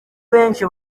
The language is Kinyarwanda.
benshi